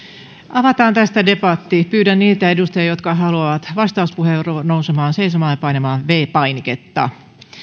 avataan tästä debatti pyydän niitä edustajia jotka haluavat vastauspuheenvuoron nousemaan seisomaan ja painamaan viides painiketta